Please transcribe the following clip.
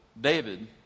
David